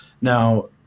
Now